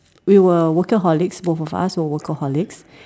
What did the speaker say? we were workaholics both of us were workaholics